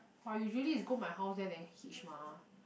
but usually is go my house there then hitch mah